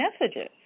messages